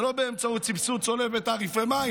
ולא באמצעות סבסוד צולב בתעריפי מים,